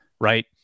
right